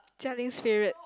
Jia-Ling spirit